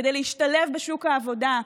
כדי להשתלב בשוק העבודה,